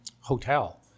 hotel